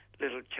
little